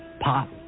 pop